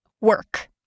work